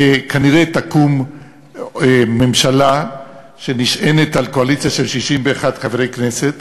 כנראה תקום ממשלה שנשענת על קואליציה של 61 חברי כנסת,